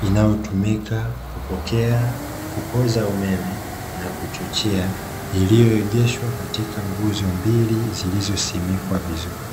inayotumika kupokea, kupoza umeme na kuchochea iliyoegeshwa katika nguzo mbili zilizosimikwa vizuri.